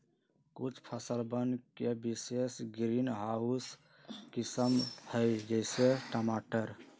कुछ फसलवन के विशेष ग्रीनहाउस किस्म हई, जैसे टमाटर